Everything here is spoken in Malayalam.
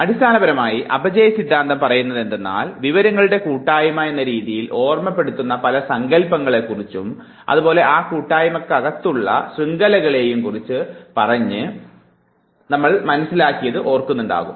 അടിസ്ഥാനപരമായി അപചയ സിദ്ധാന്തം പറയുന്നതെന്തെന്നാൽ വിവരങ്ങളുടെ കൂട്ടായ്മ എന്ന രീതിയിൽ ഓർമ്മപ്പെടുത്തുന്ന പല സങ്കൽപങ്ങളെകുറിച്ചും അതുപോലെ ആ കൂട്ടായ്മക്കകത്തുള്ള ശൃംഖലകളെയും കുറിച്ച് പറഞ്ഞത് നിങ്ങൾ ഓർക്കുന്നല്ലോ